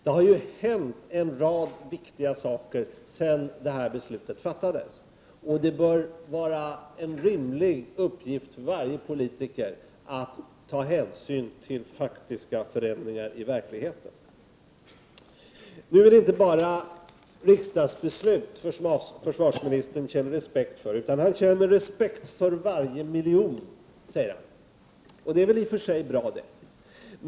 Det har ju inträffat en rad viktiga saker sedan det här beslutet fattades. Det bör rimligen vara en uppgift för varje politiker att ta hänsyn till faktiska förändringar i verkligheten. Nu är det inte bara riksdagsbeslut som försvarsministern känner respekt för — han känner respekt för varje miljon. Det är väl i och för sig bra.